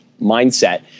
mindset